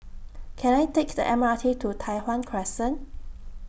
Can I Take The M R T to Tai Hwan Crescent